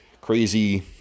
crazy